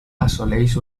assoleix